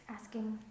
asking